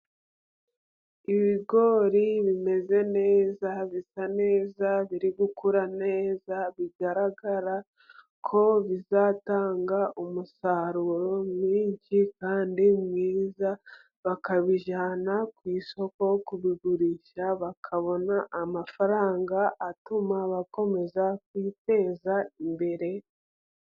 Ibigori bimeze neza, bisa neza, biri gukura neza. Bigaragara ko bizatanga umusaruro mwinshi kandi mwiza, bakabijyana ku isoko kubigurisha, bakabona amafaranga atuma bakomeza kwiteza imbere.